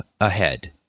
ahead